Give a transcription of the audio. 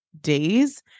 days